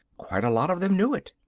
quite a lot of them knew it.